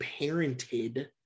parented